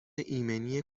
ایمنی